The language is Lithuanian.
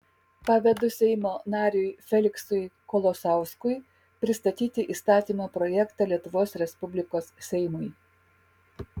pavedu seimo nariui feliksui kolosauskui pristatyti įstatymo projektą lietuvos respublikos seimui